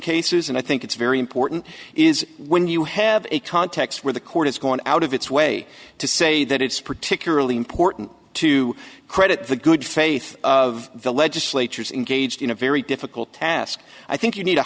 cases and i think it's very important is when you have a context where the court is going out of its way to say that it's particularly important to credit the good faith of the legislatures in gauged in a very difficult task i think you need a